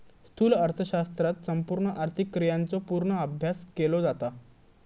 स्थूल अर्थशास्त्रात संपूर्ण आर्थिक क्रियांचो पूर्ण अभ्यास केलो जाता